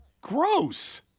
gross